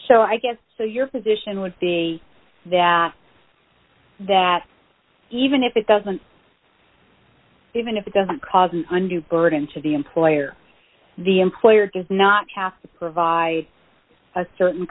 so i guess so your position would be that that even if it doesn't even if it doesn't cause an undergirding to the employer the employer does not have to provide a certain